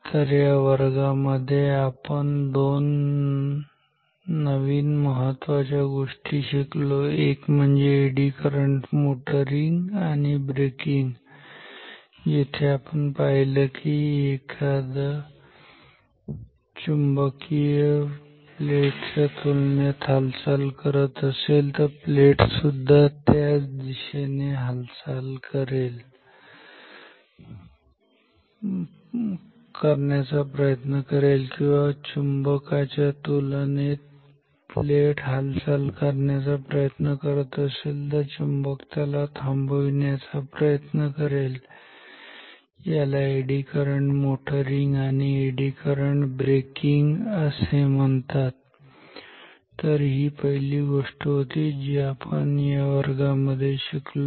तर या वर्गामध्ये आपण दोन नवीन महत्त्वाच्या गोष्टी शिकलो एक म्हणजे एडी करंट मोटरिंग आणि ब्रेकिंग जिथे आपण पाहिलं की जर एखादी चुंबक प्लेट च्या तुलनेत हालचाल करत असेल तर प्लेट सुद्धा त्याच दिशेने हालचाल करण्याचा प्रयत्न करेल किंवा जर चुंबकाच्या तुलनेत प्लेट हालचाल करण्याचा प्रयत्न करत असेल तर चुंबक त्याला थांबविण्याचा प्रयत्न करेल याला एडी करंट मोटरिंग आणि एडी करंट ब्रेकिंग असे म्हणतात ही पहिली गोष्ट होती जी आपण या वर्गामध्ये शिकलो